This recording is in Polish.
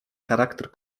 charakter